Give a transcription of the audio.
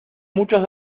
muchos